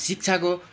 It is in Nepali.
शिक्षाको